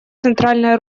центральная